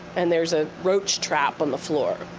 and there's a roach trap on the floor